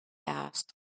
asked